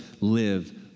live